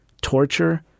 torture